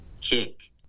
kick